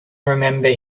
remember